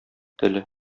теле